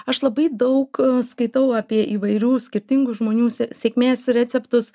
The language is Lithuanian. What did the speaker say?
aš labai daug skaitau apie įvairių skirtingų žmonių sėkmės receptus